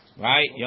right